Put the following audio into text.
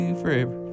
forever